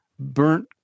burnt